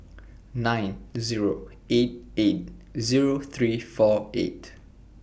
nine Zero eight eight Zero three four eight